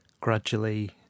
gradually